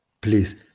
please